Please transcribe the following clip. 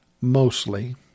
mostly